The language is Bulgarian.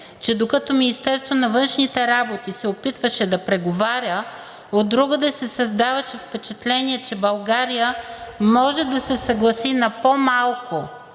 че докато Министерството на външните работи се опитваше да преговаря, от другаде се създаваше впечатление, че България може да се съгласи на по-малко,